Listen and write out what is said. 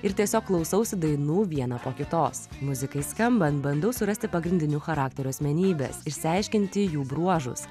ir tiesiog klausausi dainų vieną po kitos muzikai skambant bandau surasti pagrindinių charakterių asmenybės išsiaiškinti jų bruožus